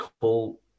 call